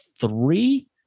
three